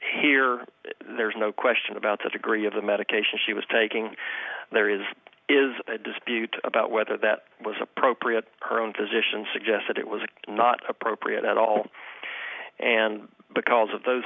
here there's no question about that agree of the medication she was taking there is is a dispute about whether that was appropriate her own physician suggested it was not appropriate at all and because of those